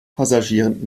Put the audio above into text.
passagieren